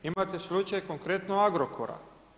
Imate slučaj konkretno Agrokora.